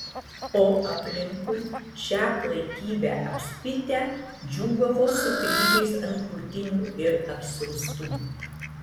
o aplinkui šią klaikybę apspitę džiūgavo su kryžiais ant krūtinių ir apsiaustų